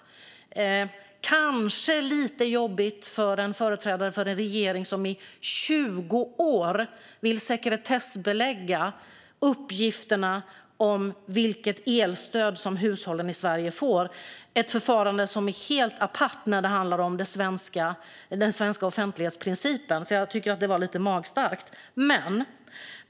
Det kanske är lite jobbigt för en företrädare för en regering som i 20 år vill sekretessbelägga uppgifterna om vilket elstöd hushållen i Sverige får. Det är ett förfarande som är helt apart när det handlar om den svenska offentlighetsprincipen. Jag tycker att det var lite magstarkt.